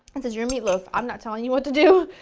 this is your meatloaf, i'm not telling you what to do.